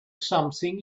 something